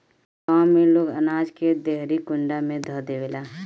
गांव में लोग अनाज के देहरी कुंडा में ध देवेला